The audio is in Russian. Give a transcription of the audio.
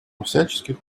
всяческих